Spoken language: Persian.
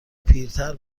پیرتر